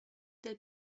del